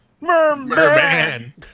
Merman